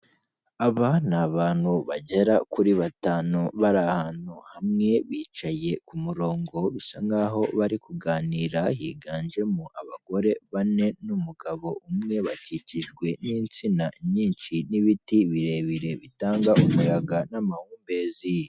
Aba ni abantu bagera kuri batanu bari ahantu hamwe bicaye ku murongo, bisa nkaho bari kuganira higanjemo abagore bane n'umugabo umwe, bakikijwe n'insina nyinshi n'ibiti birebire bitanga umuyaga n'amahumbezi.